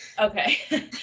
Okay